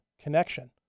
connection